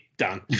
done